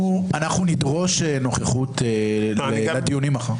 אנחנו נדרוש נוכחות לדיונים מחר.